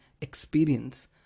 experience